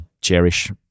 cherish